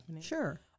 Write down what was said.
sure